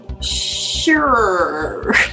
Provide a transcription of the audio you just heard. Sure